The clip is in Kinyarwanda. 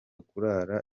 kurara